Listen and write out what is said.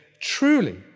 Truly